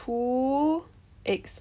two eggs